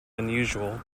unusual